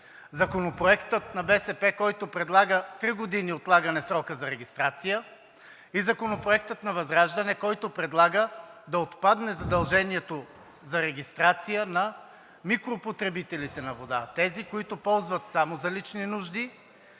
Законопроектът на БСП, който предлага отлагане с три години срока за регистрация; Законопроектът на ВЪЗРАЖДАНЕ, който предлага да отпадне задължение за регистрация на микропотребителите на вода. Тези, които ползват само за лични нужди